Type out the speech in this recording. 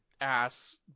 ass